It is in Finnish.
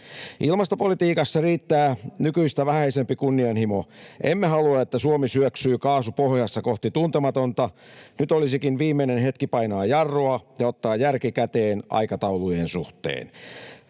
Ilmastopolitiikassa riittää nykyistä vähäisempi kunnianhimo. Emme halua, että Suomi syöksyy kaasu pohjassa kohti tuntematonta. Nyt olisikin viimeinen hetki painaa jarrua ja ottaa järki käteen aikataulujen suhteen.